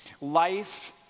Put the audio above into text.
Life